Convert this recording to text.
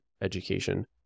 education